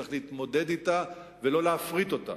צריך להתמודד אתה ולא להפריט אותה.